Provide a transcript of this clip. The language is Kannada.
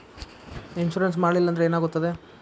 ಇನ್ಶೂರೆನ್ಸ್ ಮಾಡಲಿಲ್ಲ ಅಂದ್ರೆ ಏನಾಗುತ್ತದೆ?